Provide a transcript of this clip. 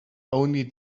only